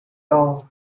old